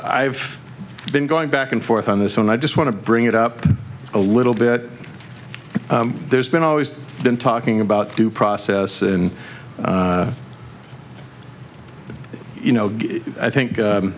i've been going back and forth on this one i just want to bring it up a little bit there's been always been talking about due process and you know i think